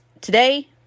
Today